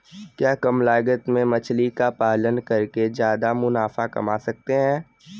क्या कम लागत में मछली का पालन करके ज्यादा मुनाफा कमा सकते हैं?